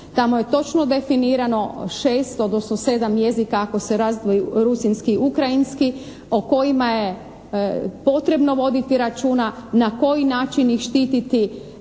Tamo je točno definirano 6 odnosno 7 jezika ako se razdvoji rusinski i ukrajinski, o kojima je potrebno voditi računa na koji način ih štititi.